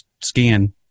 scan